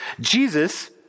Jesus